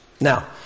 Now